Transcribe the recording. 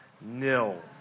Nil